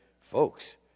folks